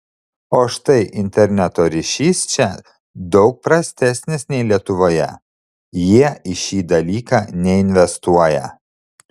o štai interneto ryšys čia daug prastesnis nei lietuvoje jie į šį dalyką neinvestuoja